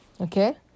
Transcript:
Okay